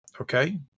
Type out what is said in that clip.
okay